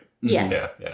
yes